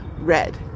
red